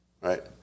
Right